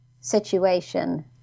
situation